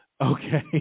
Okay